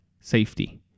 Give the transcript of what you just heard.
safety